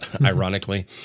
ironically